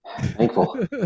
Thankful